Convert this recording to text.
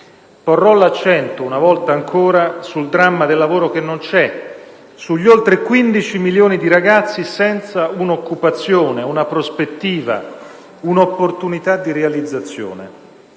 Porrò l'accento, una volta ancora, sul dramma del lavoro che non c'è, sugli oltre 15 milioni di ragazzi senza un'occupazione, una prospettiva, un'opportunità di realizzazione,